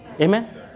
Amen